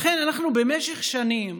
לכן אנחנו במשך שנים